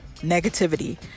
negativity